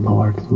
Lord